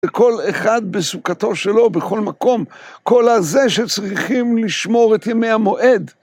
לכל אחד בסוכתו שלו, בכל מקום. כל הזה שצריכים לשמור את ימי המועד.